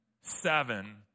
seven